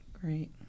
Great